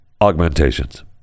augmentations